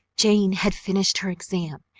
jane had finished her exam.